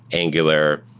angular,